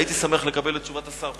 הייתי שמח לקבל את תשובת השר בעניין.